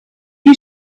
you